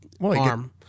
arm